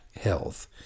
health